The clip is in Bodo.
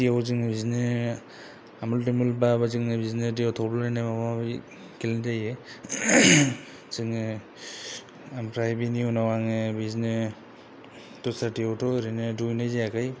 दैयाव जों बिदिनो आमोल दिमोल बा जोङो बिदिनो दैयाव थब्ल' लायनाय माबा माबि गेलेनाय जायो जों ओमफ्राय बिनि उनाव आं बिदिनो दस्रा दैयावथ' ओरैनो दुगैनाय जायाखै